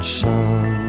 sun